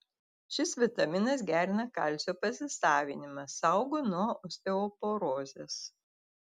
šis vitaminas gerina kalcio pasisavinimą saugo nuo osteoporozės